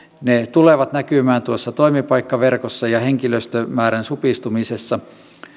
tulevat näkymään toimipaikkaverkossa ja henkilöstömäärän supistumisessa